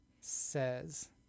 says